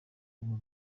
urwa